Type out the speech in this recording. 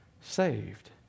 saved